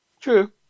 True